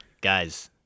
Guys